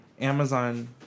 Amazon